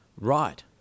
right